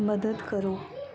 ਮਦਦ ਕਰੋ